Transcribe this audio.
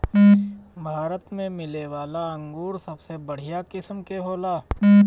भारत में मिलेवाला अंगूर सबसे बढ़िया किस्म के होला